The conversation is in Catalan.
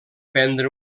prendre